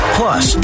plus